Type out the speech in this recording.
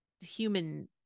human